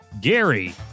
GARY